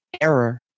error